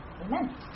Amen